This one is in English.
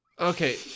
Okay